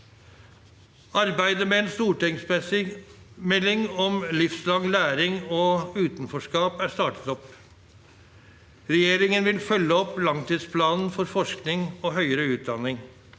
Arbeidet med en stortingsmelding om livslang læring og utenforskap er startet opp. Regjeringen vil følge opp langtidsplanen for forskning og høyere utdanning.